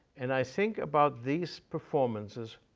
and i think about these performances,